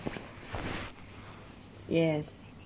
yes